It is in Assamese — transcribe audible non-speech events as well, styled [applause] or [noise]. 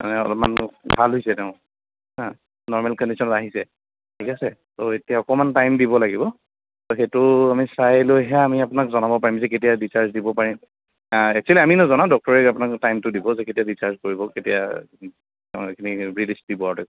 অলপমান ভাল হৈছে তেওঁ নৰ্মেল কণ্ডিশ্যনত অহিছে ঠিক আছে ত' এতিয়া অকণমান টাইম দিব লাগিব ত' সেইটো আমি চাই লৈহে আমি আপোনাক জনাব পাৰিম যে কেতিয়া ডিচাৰ্জ দিব পাৰিম একচুৱেলি আমি নাজনাও ডক্টৰে আপোনাক টাইমটো দিব যে কেতিয়া ডিচাৰ্জ কৰিব কেতিয়া [unintelligible] ৰিলিজ দিব আৰু